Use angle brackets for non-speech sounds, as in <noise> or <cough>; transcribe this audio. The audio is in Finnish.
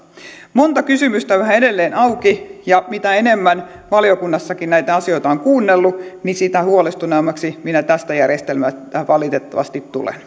monta kysymystä on yhä edelleen auki ja mitä enemmän valiokunnassakin näitä asioita olen kuunnellut sitä huolestuneemmaksi minä tästä järjestelmästä valitettavasti tulen <unintelligible>